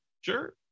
Sure